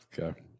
Okay